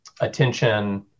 attention